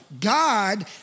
God